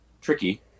tricky